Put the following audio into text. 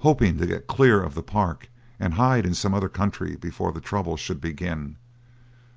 hoping to get clear of the park and hide in some other country before the trouble should begin